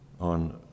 on